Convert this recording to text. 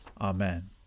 Amen